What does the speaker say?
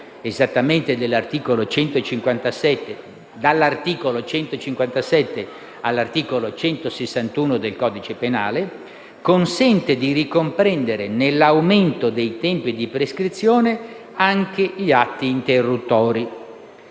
esattamente dall'articolo 157 all'articolo 161 del codice penale, consente di ricomprendere nell'aumento dei tempi di prescrizione anche gli atti interruttori.